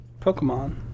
Pokemon